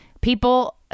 people